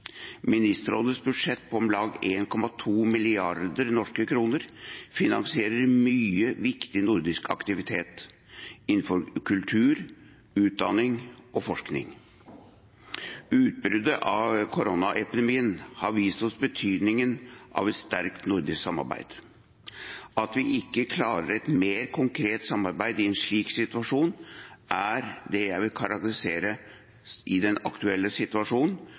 Ministerrådets budsjett på om lag 1,2 mrd. norske kroner finansierer mye viktig nordisk aktivitet innenfor kultur, utdanning og forskning. Utbruddet av koronaepidemien har vist oss betydningen av et sterkt nordisk samarbeid. At vi ikke klarer et mer konkret samarbeid i en slik situasjon, er det jeg i den aktuelle situasjonen vil karakterisere som sterkt betenkelig. Det har skapt bekymring i